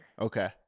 Okay